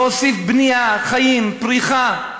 להוסיף בנייה, חיים, פריחה,